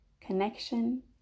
connection